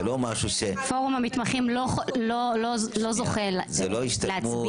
זה לא משהו --- פורום המתמחים לא זוכה להצביע.